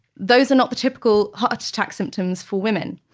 those are not the typical heart attack symptoms for women.